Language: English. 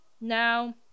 Now